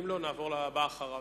ואם לא, נעבור לבא אחריו.